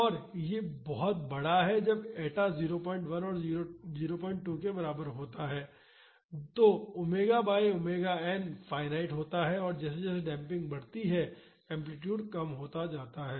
तो यह बहुत बड़ा है और जब ईटा 01 और 02 के बराबर होता है तो omega by omega n finite होता है और जैसे जैसे डेम्पिंग बढ़ती है एम्पलीटूड कम होता जाता है